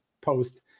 post